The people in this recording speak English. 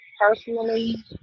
personally